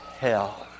hell